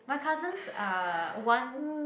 my cousins are one